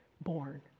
born